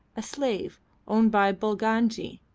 a slave owned by bulangi,